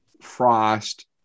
Frost